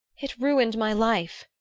it ruined my life!